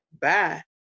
bye